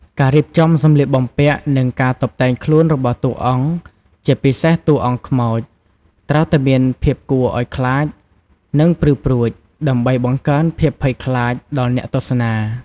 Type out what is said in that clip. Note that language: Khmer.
ការរៀបចំសម្លៀកបំពាក់ និងការតុបតែងខ្លួនរបស់តួអង្គ ជាពិសេសតួអង្គខ្មោច ត្រូវតែមានភាពគួរអោយខ្លាច និងព្រឺព្រួច ដើម្បីបង្កើនភាពភ័យខ្លាចដល់អ្នកទស្សនា ។